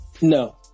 No